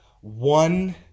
one